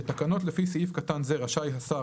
בתקנות לפי סעיף קטן זה רשאי השר,